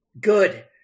good